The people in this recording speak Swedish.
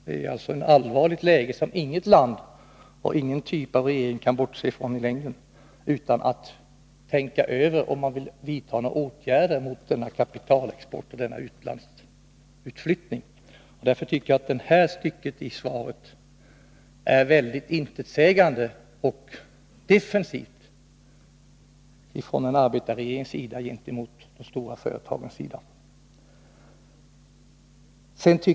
Det är ett allvarligt läge som inget land och ingen typ av regering kan bortse från, utan man måste tänka över vilka åtgärder man kan vidta mot denna kapitalexport och denna utflyttning utomlands. Därför tycker jag att svaret i detta stycke är intetsägande och defensivt från en arbetarregering gentemot de stora företagen.